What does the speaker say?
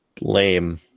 lame